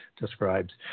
describes